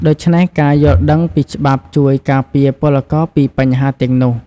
ដូច្នេះ ការយល់ដឹងពីច្បាប់ជួយការពារពលករពីបញ្ហាទាំងនោះ។